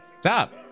stop